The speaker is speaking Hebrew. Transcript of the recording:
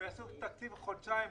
שיעשו תקציב לחודשיים,